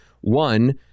one